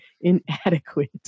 inadequate